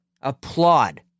applaud